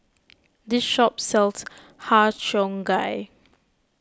this shop sells Har Cheong Gai